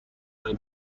برای